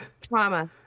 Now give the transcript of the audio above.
Trauma